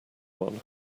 one